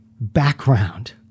background